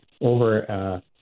over